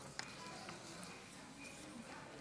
כנסת נכבדה,